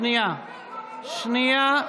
אתה בושה לכיסא שאתה יושב עליו, שנייה,